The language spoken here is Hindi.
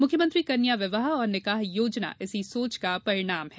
मुख्यमंत्री कन्या विवाह और निकाह योजना इसी सोच का परिणाम है